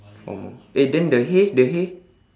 four more eh and then the hay the hay